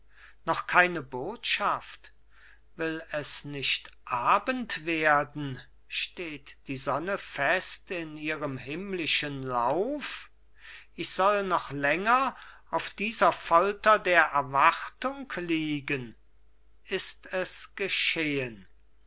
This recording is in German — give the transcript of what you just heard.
noch keine botschaft will es nicht abend werden steht die sonne fest in ihrem himmlischen lauf ich soll noch länger auf dieser folter der erwartung liegen ist es geschehen